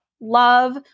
love